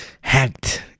hacked